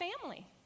family